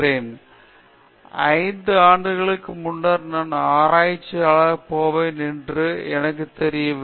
அஸ்வின் 5 ஆண்டுகளுக்கு முன்னர் நான் ஒரு ஆராய்ச்சியாளராகப் போவேன் என்று எனக்குத் தெரியவில்லை